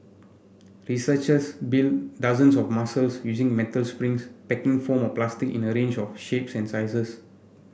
researchers built dozens of muscles using metal springs packing foam or plastic in a range of shapes and sizes